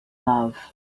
love